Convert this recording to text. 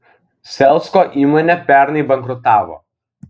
selsko įmonė pernai bankrutavo